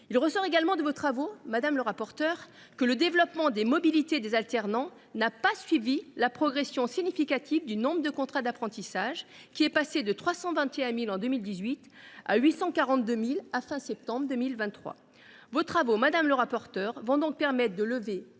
Il ressort également de vos travaux, madame le rapporteur, que le développement des mobilités des alternants n’a pas suivi l’augmentation significative du nombre de contrats d’apprentissage, lesquels sont passés de 321 000 en 2018 à 842 000 à la fin de septembre 2023. Vos travaux permettront donc de lever